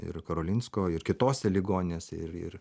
ir karolinsko ir kitose ligoninėse ir ir